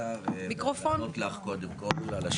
לענות לך בקצרה.